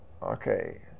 Okay